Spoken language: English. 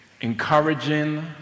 encouraging